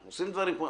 אנחנו עושים דברים פה.